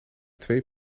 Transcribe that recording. twee